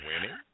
winning